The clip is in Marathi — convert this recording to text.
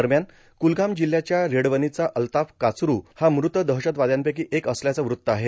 दरम्यान कूलगाम जिल्ह्याच्या रेडवनीचा अल्ताफ काचरू हा मृत दहशतवाद्यांपैकी एक असल्याचं वृत्त आहे